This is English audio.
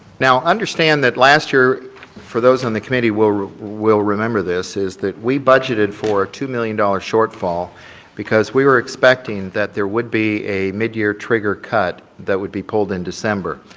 now, understand that last year for those on the committee will will remember this, is that we budgeted for two million dollar shortfall because we were expecting that there would be a midyear trigger cut that would be pulled in december.